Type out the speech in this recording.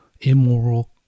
immoral